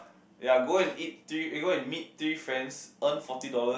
ya go and eat three eh go and meet three friends earn forty dollars